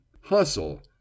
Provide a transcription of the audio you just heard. hustle